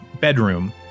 bedroom